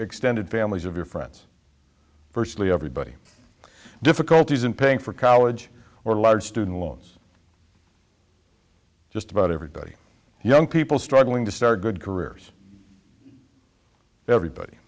extended families of your friends firstly everybody difficulties in paying for college or large student loans just about everybody young people struggling to start good careers everybody